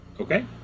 Okay